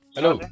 Hello